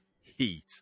heat